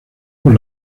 por